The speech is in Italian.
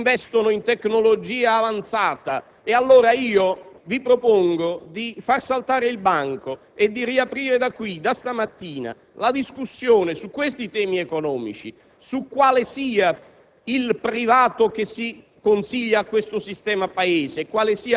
e nel mondo sono addirittura concorrenziali e accade addirittura che investano in tecnologia avanzata». Allora io vi propongo di far saltare il banco e di riaprire da qui, da stamattina, la discussione su questi temi economici, su quale sia